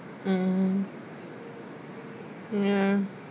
mm ya